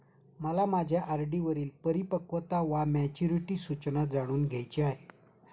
मला माझ्या आर.डी वरील परिपक्वता वा मॅच्युरिटी सूचना जाणून घ्यायची आहे